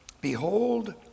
Behold